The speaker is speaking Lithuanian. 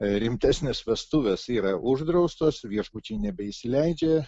rimtesnės vestuvės yra uždraustos viešbučiai nebeįsileidžia